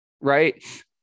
Right